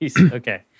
okay